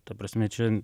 ta prasme čia